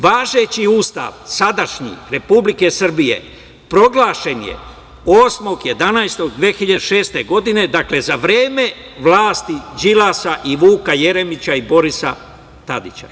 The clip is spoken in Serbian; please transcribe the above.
Važeći Ustav, sadašnji, Republike Srbije proglašen je 8.11.2006. godine, dakle, za vreme vlasti Đilasa, Vuka Jeremića i Borisa Tadića.